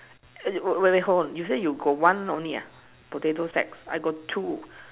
wait wait hold on you say you got one only ah potato sack I got two